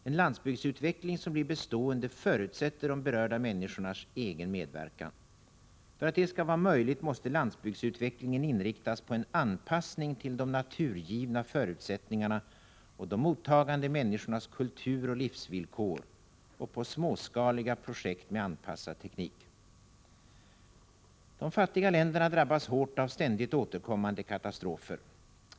En landsbygdsutveckling som blir bestående förutsätter de berörda människornas egen medverkan. För att detta skall vara möjligt måste landsbygdsutvecklingen inriktas på en anpassning till de naturgivna förutsättningarna och de mottagande människornas kulturoch livsvillkor samt på småskaliga projekt med anpassad teknik. De fattiga länderna drabbas hårt av ständigt återkommande katastrofer.